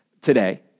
today